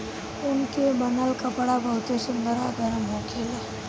ऊन के बनल कपड़ा बहुते सुंदर आ गरम होखेला